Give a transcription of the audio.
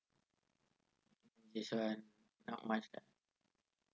it's uh not much lah